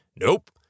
Nope